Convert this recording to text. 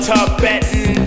Tibetan